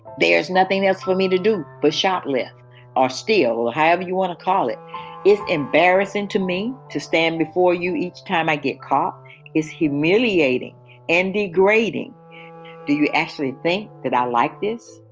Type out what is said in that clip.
there's nothing else for me to do but shoplift or steal or have you want to call. it is embarrassing to me to stand before you each time i get caught is humiliating and degrading do you actually think that i like this?